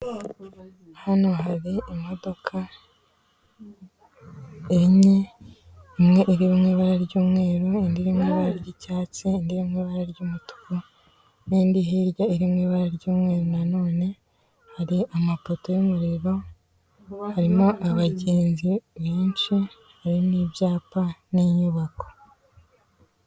Hano hari imodoka enye, imwe iri mu ibara ry'umweru, indi iri mu ibara ry'icyatsi, indi iri mu ibara ry'umutuku n'indi hirya iri mu ibara ry'umweru na none, hari amapoto y'umuriro, harimo abagenzi benshi, hari n'ibyapa n'inyubako.